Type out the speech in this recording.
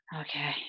okay